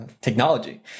technology